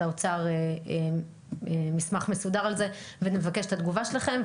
האוצר מסמך מסודר על זה ונבקש את התגובה שלכם.